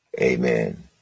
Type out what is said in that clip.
Amen